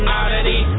oddity